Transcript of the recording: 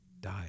die